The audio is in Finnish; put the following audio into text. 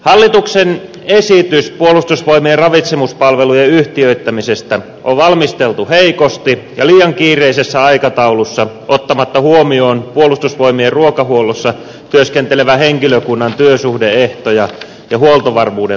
hallituksen esitys puolustusvoimien ravitsemuspalvelujen yhtiöittämisestä on valmisteltu heikosti ja liian kiireisessä aikataulussa ottamatta huomioon puolustusvoimien ruokahuollon palvelukeskuksessa työskentelevän henkilökunnan työsuhde ehtoja ja huoltovarmuuden takaamista